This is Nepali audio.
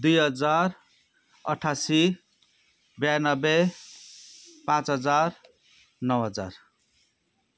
दुई हजार अठासी बयानब्बे पाँच हजार नौ हजार